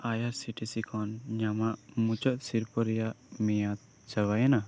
ᱟᱭ R C T C ᱠᱷᱚᱱ ᱧᱟᱢᱚᱜ ᱢᱩᱪᱟᱹᱫ ᱥᱤᱨᱯᱟᱹ ᱨᱮᱱᱟᱜ ᱢᱮᱭᱟᱫᱽ ᱪᱟᱵᱟᱭᱮᱱᱟ